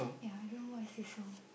ya I don't know what's the song